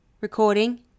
Recording